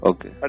Okay